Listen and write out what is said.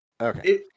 Okay